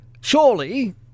Surely